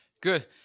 Good